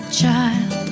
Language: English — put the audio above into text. child